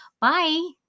Bye